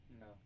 No